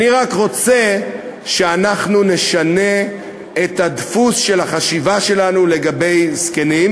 אני רק רוצה שאנחנו נשנה את דפוס החשיבה שלנו לגבי זקנים